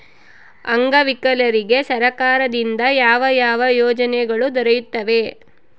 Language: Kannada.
ಅಂಗವಿಕಲರಿಗೆ ಸರ್ಕಾರದಿಂದ ಯಾವ ಯಾವ ಯೋಜನೆಗಳು ದೊರೆಯುತ್ತವೆ?